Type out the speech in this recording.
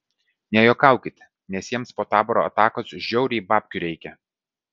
nejuokaukit nes jiems po taboro atakos žiauriai babkių reikia